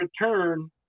return